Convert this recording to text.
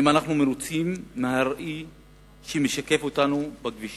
האם אנחנו מרוצים מהראי שמשקף אותנו בכבישים?